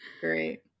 Great